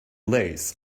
lace